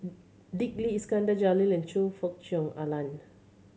Dick Lee Iskandar Jalil Choe Fook Cheong Alan